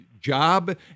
job